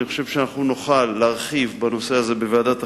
אני חושב שאנחנו נוכל להרחיב בנושא הזה בוועדת החינוך.